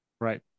Right